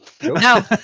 No